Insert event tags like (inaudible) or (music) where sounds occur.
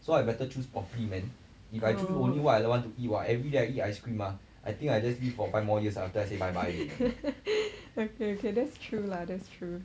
orh (laughs) okay okay that's true lah that's true